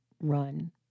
run